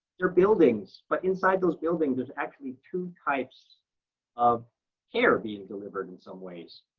they're buildings. but inside those buildings, there's actually two types of care being delivered in some ways.